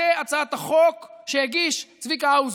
זאת הצעת החוק שהגיש צביקה האוזר: